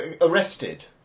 arrested